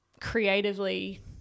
creatively